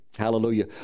hallelujah